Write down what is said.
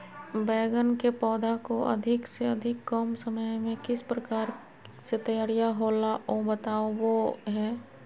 बैगन के पौधा को अधिक से अधिक कम समय में किस प्रकार से तैयारियां होला औ बताबो है?